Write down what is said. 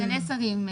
סגני שרים,